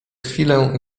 chwilę